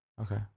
Okay